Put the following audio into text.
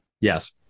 Yes